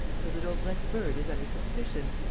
so the daubrecq bird is under suspicion?